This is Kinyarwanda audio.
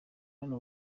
hano